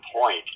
point